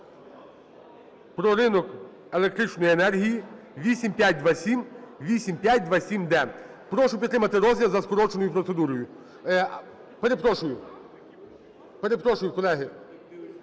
"Про ринок електричної енергії" (8527, 8527-д). Прошу підтримати розгляд за скороченою процедурою. Перепрошую,